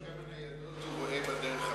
תשאל את היושב-ראש כמה ניידות הוא רואה בדרך הביתה.